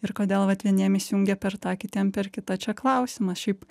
ir kodėl vat vieniem įsijungia per tą kitiem per kitą čia klausimas šiaip